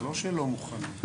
זה לא שלא מוכנים.